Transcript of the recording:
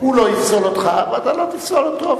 הוא לא יפסול אותך ואתה לא תפסול אותו.